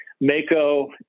Mako